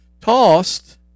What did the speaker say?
tossed